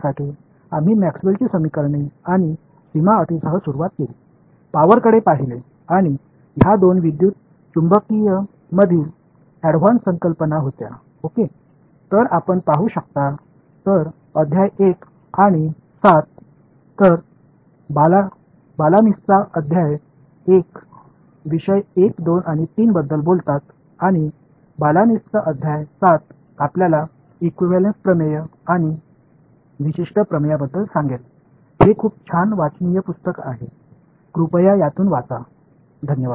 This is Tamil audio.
No English Word Word Meaning 1 Uniqueness uniqueness தனித்துவம் 2 Current கரண்ட் மின்சாரம் 3 Volume வால்யூம் கொள்ளளவு 4 Charge charge மின்னுட்டம் 5 Theorems theorem தேற்றங்கள் 6 Tangential tangential தொடுநிலை 7 infinity இண்பினிடி முடிவிலி 8 Field ஃபீல்டு புலம் 9 Electromagnetics எலெக்ட்ரோமேக்னெட்டிக்ஸ் மின்காந்தவியல் 10 Radiating ரேடியேடிங் கதிர்வீச்சு 11 surface சா்பேஸ் மேற்பரப்பு 12 Analogous அனலாகஸ் ஒப்புமை 13 symmetry சிம்மெட்ரி சமச்சீர் 14 Boundary பௌண்டரி எல்லை 15 Scattered ஸ்கடடு சிதறடிக்கப்பட்டது